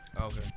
Okay